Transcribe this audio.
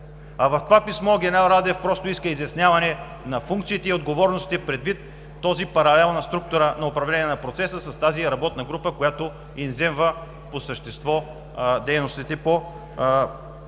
А в това писмо генерал Радев просто иска изясняване на функциите и отговорностите, предвид този паралел на структура на управление на процеса с работната група, която изземва по същество дейностите по изготвянето